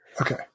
Okay